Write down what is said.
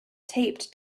taped